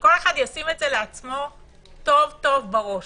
שכל אחד ישים את זה לעצמו טוב טוב בראש.